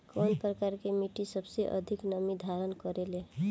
कउन प्रकार के मिट्टी सबसे अधिक नमी धारण करे ले?